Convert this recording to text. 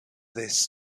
this